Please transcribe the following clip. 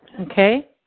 Okay